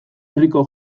herriko